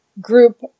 group